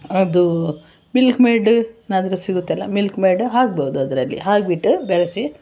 ಅದು milkmaid ಅದು ಸಿಗುತ್ತಲ್ಲ ಮಿಲ್ಕ್ ಮೇಡ್ ಹಾಕ್ಬೋದು ಅದರಲ್ಲಿ ಹಾಕಿಬಿಟ್ಟು ಬೆರಸಿ